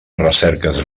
recerques